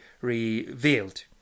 revealed